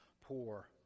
poor